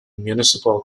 municipal